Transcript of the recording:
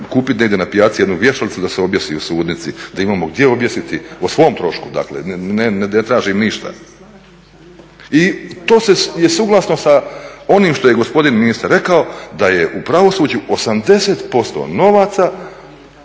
kupiti negdje na pijaci jednu vješalicu da se objesi u sudnici da imamo gdje objesiti, o svom trošku dakle, ne tražim ništa. I to je suglasno sa onim što je gospodin ministar rekao da je u pravosuđu 80% novaca